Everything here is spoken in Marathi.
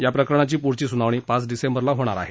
या प्रकरणाची पुढील सुनावणी पाच डिसेंबरला होणार आहे